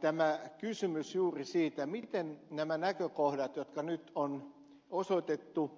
tämä kysymys juuri siitä miten nämä näkökohdat jotka nyt on osoitettu